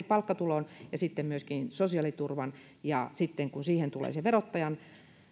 palkkatulon ja myöskin sosiaaliturvan ja sitten kun siihen tulee se verottajan